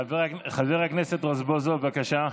חבר הכנסת רזבוזוב, בבקשה.